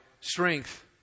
strength